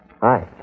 Hi